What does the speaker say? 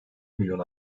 milyon